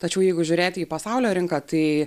tačiau jeigu žiūrėti į pasaulio rinką tai